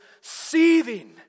seething